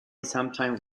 sometimes